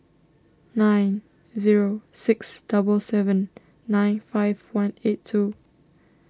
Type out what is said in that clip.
nine zero six double seven nine five one eight two